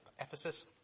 Ephesus